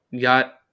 got